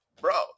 bro